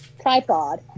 Tripod